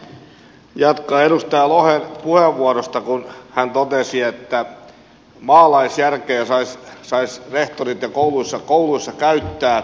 on oikeastaan hyvä jatkaa edustaja lohen puheenvuorosta kun hän totesi että maalaisjärkeä saisivat rehtorit ja saisi kouluissa käyttää